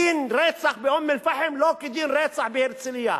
דין רצח באום-אל-פחם לא כדין רצח בהרצלייה.